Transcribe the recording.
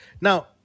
Now